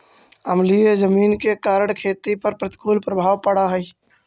अम्लीय जमीन के कारण खेती पर प्रतिकूल प्रभाव पड़ऽ हइ